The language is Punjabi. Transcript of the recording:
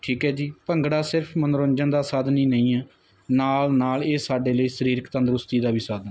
ਠੀਕ ਹੈ ਜੀ ਭੰਗੜਾ ਸਿਰਫ ਮਨੋਰੰਜਨ ਦਾ ਸਾਧਨ ਹੀ ਨਹੀਂ ਹੈ ਨਾਲ ਨਾਲ ਇਹ ਸਾਡੇ ਲਈ ਸਰੀਰਕ ਤੰਦਰੁਸਤੀ ਦਾ ਵੀ ਸਾਧਨ